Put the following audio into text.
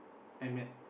I met